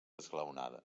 esglaonada